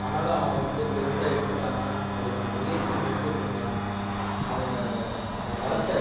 ஆனாலும் அவன் வந்து பெருசாக எடுத்துக்காமல் அதுக்கான முயற்சி மட்டும் செஞ்சான் அவனை அவனை வளர்த்த